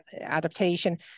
adaptation